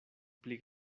pli